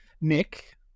nick